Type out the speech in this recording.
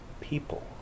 people